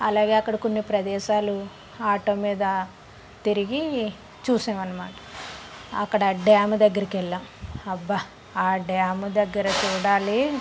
అలాగే అక్కడ కొన్ని ప్రదేశాలు ఆటో మీద తిరిగి చూసాం అన్నమాట అక్కడ డ్యామ్ దగ్గరికి వెళ్ళాము అబ్బా ఆ డ్యామ్ దగ్గర చూడాలి